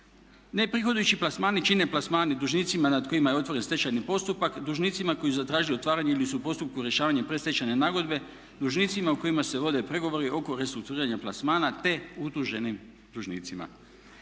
Neprihodojući plasmani čine plasmani dužnicima nad kojima je otvoren stečajni postupak, dužnici koji su zatražili otvaranje ili su u postupku rješavanja predstečajne nagodbe, dužnicima o kojima se vodi pregovori oko restrukturiranja plasmana, te utuženim dužnicima.